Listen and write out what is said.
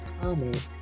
comment